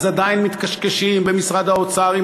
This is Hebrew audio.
אז עדיין מתקשקשים במשרד האוצר אם